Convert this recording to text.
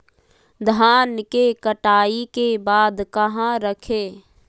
धान के कटाई के बाद कहा रखें?